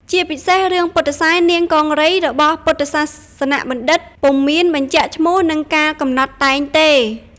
ជាពិសេសរឿងពុទ្ធិសែននាងកង្រីរបស់ពុទ្ធសាសនបណ្ឌិតពុំមានបញ្ជាក់ឈ្មោះ និងកាលកំណត់តែងទេ។